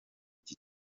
iki